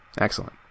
Excellent